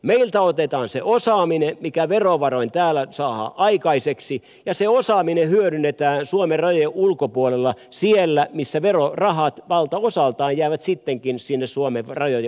meiltä otetaan se osaaminen mikä verovaroin täällä saadaan aikaiseksi ja se osaaminen hyödynnetään suomen rajojen ulkopuolella siellä missä verorahat valtaosaltaan jäävät sittenkin sinne suomen rajojen ulkopuolelle